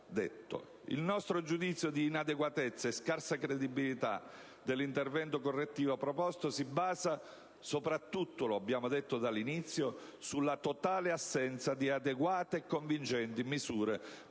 Il nostro giudizio di inadeguatezza e scarsa credibilità dell'intervento correttivo proposto si basa soprattutto, lo abbiamo detto dall'inizio, sulla totale assenza di adeguate e convincenti misure